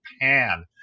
pan